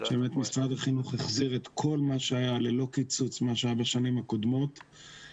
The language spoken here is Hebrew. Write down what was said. שבאמת משרד החינוך החזיר את כל מה שהיה בשנים הקודמות ללא קיצוץ.